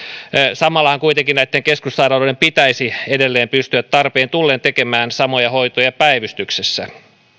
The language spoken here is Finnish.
samallahan kuitenkin näitten keskussairaaloiden pitäisi edelleen pystyä tarpeen tullen tekemään samoja hoitoja päivystyksessä